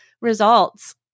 results